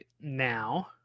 now